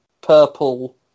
purple